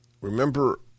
Remember